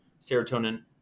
serotonin